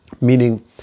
Meaning